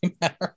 matter